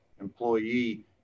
employee